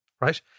right